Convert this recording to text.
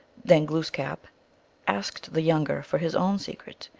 then glooskap asked the younger for his own secret.